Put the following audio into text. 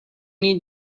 need